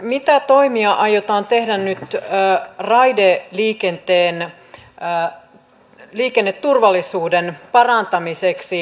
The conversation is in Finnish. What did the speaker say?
mitä toimia aiotaan tehdä nyt raideliikenteen liikenneturvallisuuden parantamiseksi